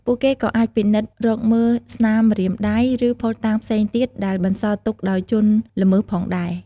ពួកគេក៏អាចពិនិត្យរកមើលស្នាមម្រាមដៃ ឬភស្តុតាងផ្សេងទៀតដែលបន្សល់ទុកដោយជនល្មើសផងដែរ។